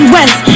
West